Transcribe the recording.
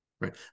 right